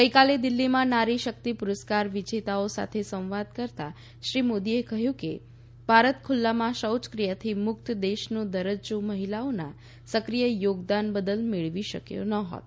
ગઈકાલે દિલ્ફીમાં નારી શક્તિ પુરસ્કાર વિજેતાઓ સાથે સંવાદ કરતાં શ્રી મોદીએ કહ્યું કે ભારત ખૂલ્લામાં શૌચક્રિયાથી મુક્ત દેશનો દરજ્જો મહિલાઓના સક્રિય યોગદાન બદલ મેળવી શક્યો નહોત